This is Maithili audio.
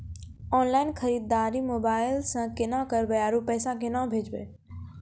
ऑनलाइन खरीददारी मोबाइल से केना करबै, आरु पैसा केना भेजबै?